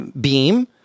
beam